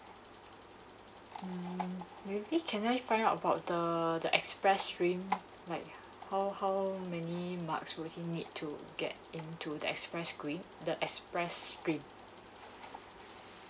mm maybe can I just find out about the the express stream like how how many marks will he need to get into the express grade the express stream